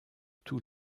tous